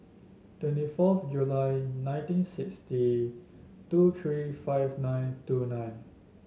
twenty fourth July nineteen sixty two three five nine two nine